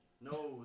No